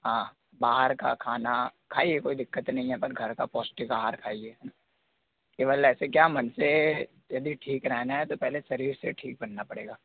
हाँ बाहर का खाना खाइए कोई दिक़्क़त नहीं है पर घर का पौष्टिक आहार खाइए केवल ऐसे क्या मन से यदि ठीक रहना है तो पहले शरीर से ठीक बनना पड़ेगा